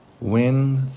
wind